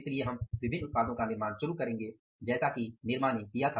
इसलिए हम विभिन्न उत्पादों का निर्माण शुरू करेंगे जैसा कि निरमा ने किया था